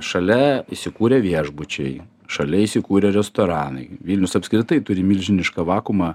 šalia įsikūrė viešbučiai šalia įsikūrė restoranai vilnius apskritai turi milžinišką vakuumą